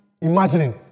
imagining